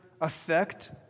affect